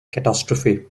catastrophe